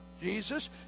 Jesus